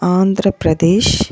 Andhra Pradesh